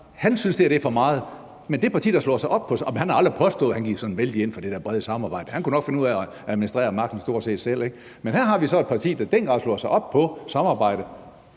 han synes, det her er for meget, og han har aldrig påstået, at han gik sådan vældig ind for det der brede samarbejde – han kunne finde ud af at administrere magten stort set selv – men her har vi et parti, der i den grad slår sig op på samarbejde.